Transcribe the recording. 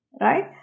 right